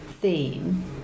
theme